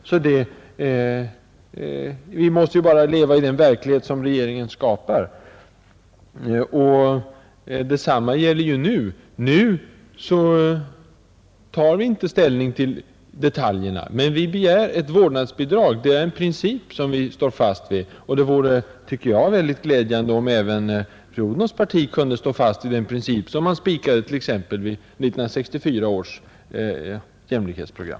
Vi kan ju bara leva i den verklighet som regeringen skapar. Detsamma gäller nu. Nu tar vi inte ställning till detaljerna. Men vi begär ett vårdnadsbidrag, det är den princip som vi står fast vid. Det vore, tycker jag, mycket glädjande om även fru Odhnoffs parti kunde stå fast vid den princip som man spikade t.ex. i 1964 års jämlikhetsprogram.